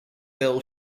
bell